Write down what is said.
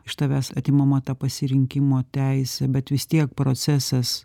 iš tavęs atimama ta pasirinkimo teisė bet vis tiek procesas